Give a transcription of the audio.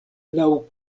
laŭ